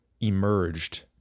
emerged